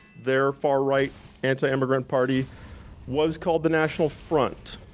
their far-right anti-immigrant party was called the national front.